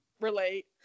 relate